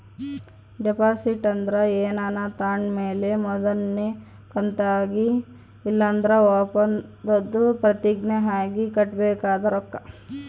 deposit ಅಂದ್ರ ಏನಾನ ತಾಂಡ್ ಮೇಲೆ ಮೊದಲ್ನೇ ಕಂತಾಗಿ ಇಲ್ಲಂದ್ರ ಒಪ್ಪಂದುದ್ ಪ್ರತಿಜ್ಞೆ ಆಗಿ ಕಟ್ಟಬೇಕಾದ ರೊಕ್ಕ